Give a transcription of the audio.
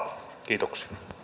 kiitoksia